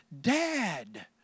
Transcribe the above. Dad